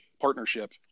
partnership